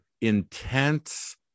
intense